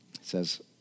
says